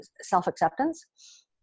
self-acceptance